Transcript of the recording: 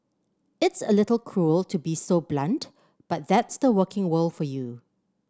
it's a little cruel to be so blunt but that's the working world for you